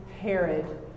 Herod